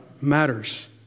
matters